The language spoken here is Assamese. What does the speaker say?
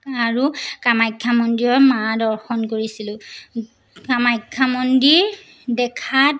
আৰু কামাখ্যা মন্দিৰৰ মা দৰ্শন কৰিছিলোঁ কামাখ্যা মন্দিৰ দেখাত